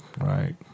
Right